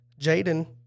Jaden